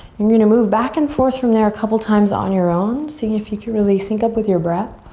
you're gonna move back and forth from there a couple times on your own. see if you can really sync up with your breath.